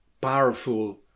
powerful